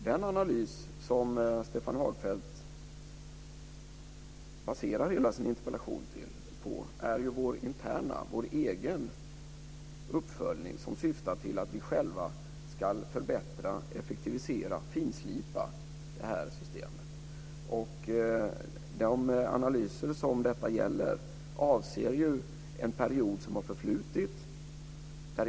Den analys som Stefan Hagfeldt baserar hela sin interpellation på är ju vår interna, vår egen, uppföljning som syftar till att vi själva ska förbättra, effektivisera och finslipa det här systemet. De analyser som detta gäller avser ju en period som har förflutit.